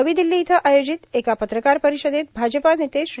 नवी दिल्ली इथं आयोजित एका पत्रकार परिषदेत भाजपा नेते श्री